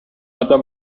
other